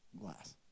glass